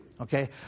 Okay